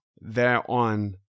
thereon